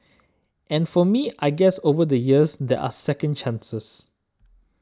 and for me I guess over the years there are second chances